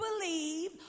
believe